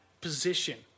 position